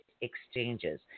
exchanges